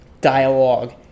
dialogue